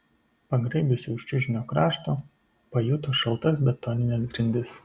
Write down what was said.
pagraibiusi už čiužinio krašto pajuto šaltas betonines grindis